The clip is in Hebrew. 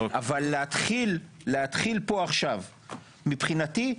אבל להתחיל פה עכשיו - מבחינתי,